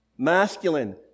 Masculine